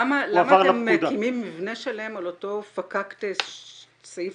למה אתם מקימים מבנה שלם על אותו פקקטה סעיף